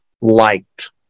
liked